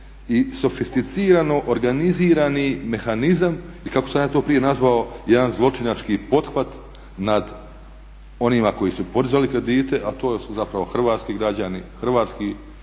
i sofisticirano organizirani mehanizam ili kako sam ja to prije nazvao jedan zločinački pothvat nad onima koji su podizali kredite a to su zapravo hrvatski građani, hrvatski